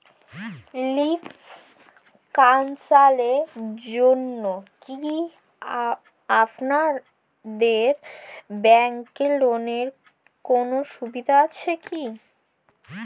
Lymph ক্যানসারের জন্য কি আপনাদের ব্যঙ্কে লোনের কোনও সুবিধা আছে?